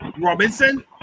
robinson